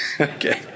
Okay